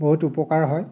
বহুত উপকাৰ হয়